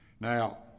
Now